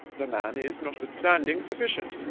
the man is, notwithstanding, sufficient.